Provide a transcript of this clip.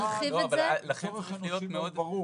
לצורך אנושי מאוד ברור.